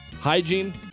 hygiene